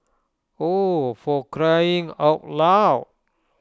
oh for crying out loud